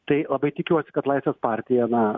tai labai tikiuosi kad laisvės partija na